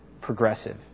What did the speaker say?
progressive